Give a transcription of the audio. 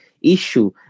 issue